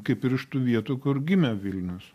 kaip ir iš tų vietų kur gimė vilnius